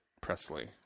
Presley